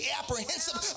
apprehensive